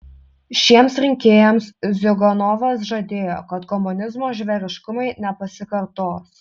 šiems rinkėjams ziuganovas žadėjo kad komunizmo žvėriškumai nepasikartos